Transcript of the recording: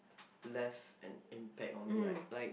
left an impact on me like like